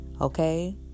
Okay